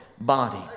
body